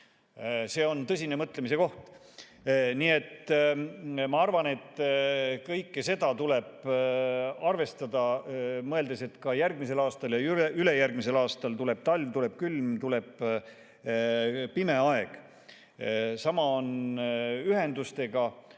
See on tõsine mõtlemise koht. Nii et ma arvan, et kõike seda tuleb arvestada, mõeldes, et ka järgmisel ja ülejärgmisel aastal tuleb talv, tuleb külm, tuleb pime aeg. Sama on ühendustega.